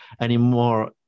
anymore